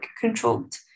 controlled